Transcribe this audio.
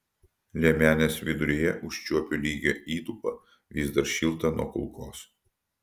liemenės viduryje užčiuopiu lygią įdubą vis dar šiltą nuo kulkos